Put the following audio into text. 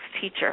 teacher